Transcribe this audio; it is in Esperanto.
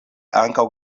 ankaŭ